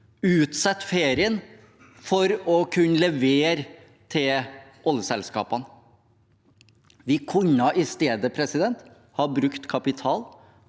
utsette ferien for å kunne levere til oljeselskapene. Vi kunne i stedet ha brukt kapital,